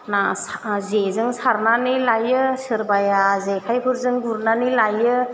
ना जेजों सारनानै लाइयो सोरबाया जेखाइफोरजों गुरनानै लाइयो